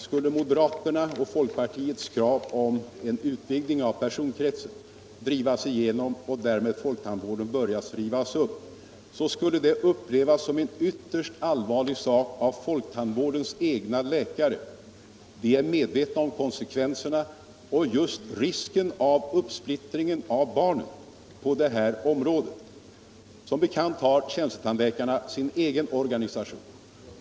Skulle moderaternas och folkpartiets krav på en utvidgning av personkretsen drivas igenom och därmed folktandvården börja rivas upp, så skulle det upplevas som en vytterst allvarlig sak av folktandvårdens egna tandläkare. De är medvetna om konsekvenserna, bl.a. just risken för uppsplittring av barnen på detta område. Som bekant har tjänstetandläkarna sin egen organisation.